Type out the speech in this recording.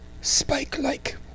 spike-like